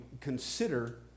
consider